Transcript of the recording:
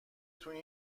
توی